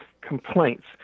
complaints